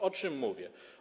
O czym mówię?